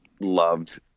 loved